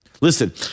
Listen